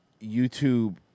YouTube